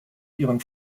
ihren